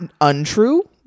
untrue